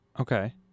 Okay